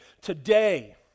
Today